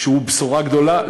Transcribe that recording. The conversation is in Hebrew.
שהוא בשורה גדולה.